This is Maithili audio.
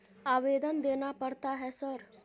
आवेदन देना पड़ता है सर?